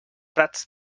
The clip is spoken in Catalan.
prats